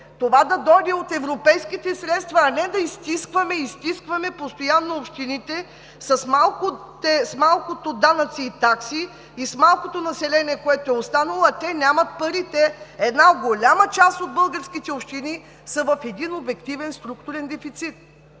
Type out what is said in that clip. това да дойде от европейските средства, а не постоянно да изстискваме, изстискваме общините с малкото данъци и такси и с малкото население, което е останало, а те нямат пари. Една голяма част от българските общини са в обективен структурен дефицит,